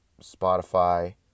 Spotify